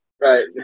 right